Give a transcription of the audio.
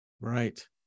Right